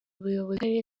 ubuyobozi